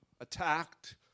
attacked